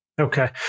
Okay